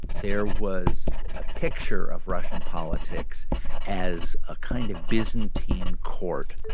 there was a picture of russian politics as a kind of byzantine court,